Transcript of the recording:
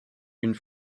une